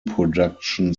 production